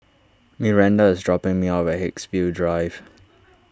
Myranda is dropping me off at Haigsville Drive